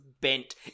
bent